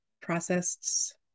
processed